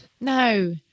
No